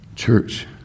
Church